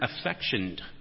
affectioned